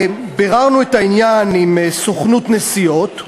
ביררנו את העניין עם סוכנות נסיעות,